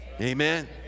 Amen